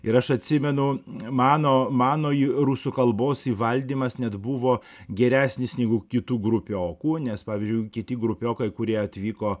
ir aš atsimenu mano manoji rusų kalbos įvaldymas net buvo geresnis negu kitų grupių o kuo nes pavyzdžiui kiti grupiokai kurie atvyko